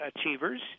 achievers